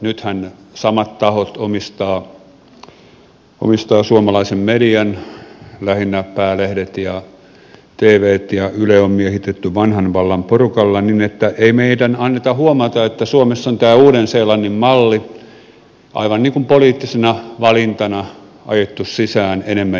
nythän samat tahot omistavat suomalaisen median lähinnä päälehdet ja tvt ja yle on miehitetty vanhan vallan porukalla niin että ei meidän anneta huomata että suomessa on tämä uuden seelannin malli aivan niin kuin poliittisena valintana ajettu sisään enemmän ja enemmän